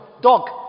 dog